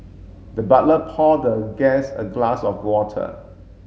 the butler poured the guest a glass of water